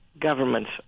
governments